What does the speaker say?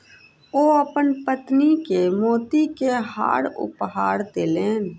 ओ अपन पत्नी के मोती के हार उपहार देलैन